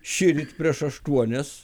šįryt prieš aštuonias